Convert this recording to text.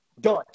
Done